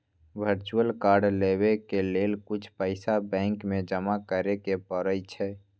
virtual card लेबेय के लेल कुछ पइसा बैंक में जमा करेके परै छै